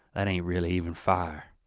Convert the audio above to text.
that ain't really even fire.